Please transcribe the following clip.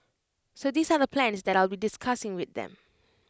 so these are the plans that I'll be discussing with them